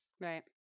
right